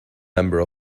number